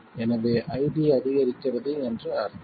எனவே ID அதிகரிக்கிறது என்று அர்த்தம்